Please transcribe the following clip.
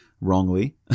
wrongly